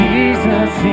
Jesus